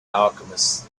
alchemist